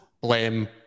blame